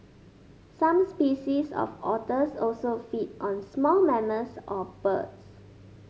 some species of otters also feed on small mammals or birds